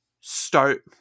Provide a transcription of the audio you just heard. start